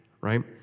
right